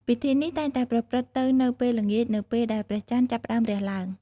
ពិធីនេះតែងតែប្រព្រឹត្តទៅនៅពេលល្ងាច នៅពេលដែលព្រះច័ន្ទចាប់ផ្តើមរះឡើង។